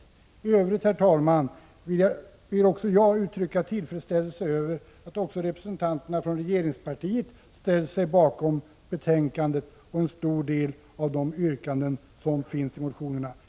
I övrigt, herr talman, vill jag uttrycka tillfredsställelse över att också representanterna för regeringspartiet har ställt sig bakom betänkandet och en stor del av de yrkanden som finns i motionerna.